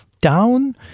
down